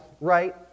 right